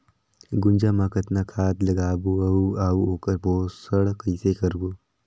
गुनजा मा कतना खाद लगाबो अउ आऊ ओकर पोषण कइसे करबो?